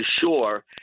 shore